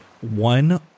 one